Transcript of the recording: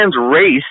race